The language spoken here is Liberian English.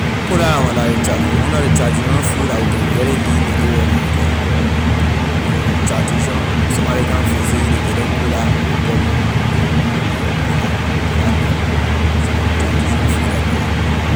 Kola la ley tra- one of ley traditional food la we can really eat in ley area the because you know tradition somebody come visit you ley give neh kola with pepper you know yeah kola kola nut la some of ley traditional food the brother.